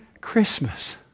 Christmas